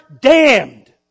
damned